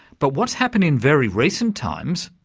but what's happened in very recent times,